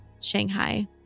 Shanghai